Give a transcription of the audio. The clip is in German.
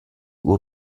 uhr